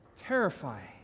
Terrifying